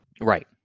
Right